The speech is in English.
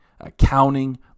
Accounting